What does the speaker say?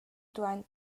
duein